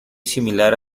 similar